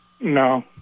No